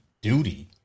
duty